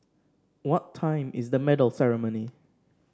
what time is the medal ceremony